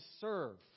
serve